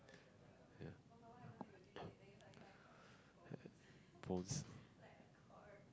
ya bones